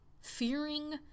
fearing